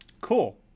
Cool